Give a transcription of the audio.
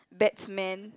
bats man